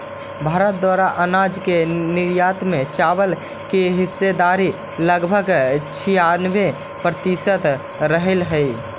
भारत द्वारा अनाज के निर्यात में चावल की हिस्सेदारी लगभग छियानवे प्रतिसत रहलइ हल